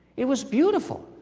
it was beautiful.